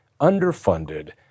underfunded